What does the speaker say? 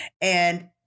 And-